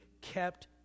kept